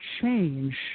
change